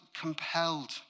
compelled